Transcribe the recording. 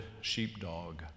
sheepdog